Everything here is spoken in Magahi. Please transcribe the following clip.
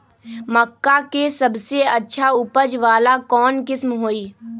मक्का के सबसे अच्छा उपज वाला कौन किस्म होई?